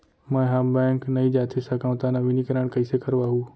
मैं ह बैंक नई जाथे सकंव त नवीनीकरण कइसे करवाहू?